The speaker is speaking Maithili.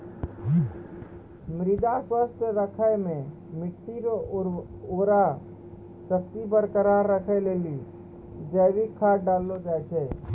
मृदा स्वास्थ्य राखै मे मट्टी रो उर्वरा शक्ति बरकरार राखै लेली जैविक खाद डाललो जाय छै